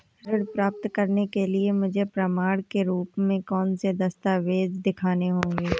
ऋण प्राप्त करने के लिए मुझे प्रमाण के रूप में कौन से दस्तावेज़ दिखाने होंगे?